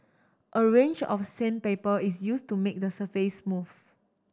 a range of sandpaper is used to make the surface smooth